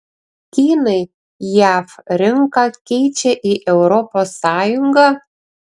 kinai jav rinką keičia į europos sąjungą